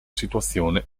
situazione